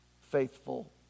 faithful